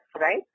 right